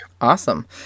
awesome